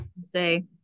Say